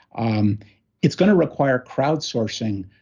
um it's going to require crowdsourcing